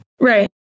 Right